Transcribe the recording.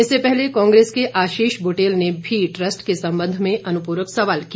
इससे पहले कांग्रेस के आशीष बुटेल ने भी ट्रस्ट के संबंध में अनुपूरक सवाल किया